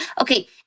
Okay